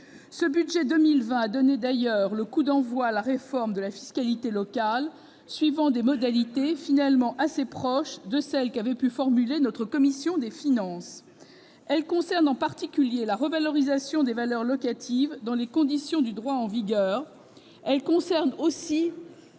ce budget pour 2020 a donné le coup d'envoi de la réforme de la fiscalité locale, selon des modalités finalement assez proches de celles qu'avait pu formuler notre commission des finances. Je pense en particulier à la revalorisation des valeurs locatives dans le cadre du droit en vigueur. Je pense aussi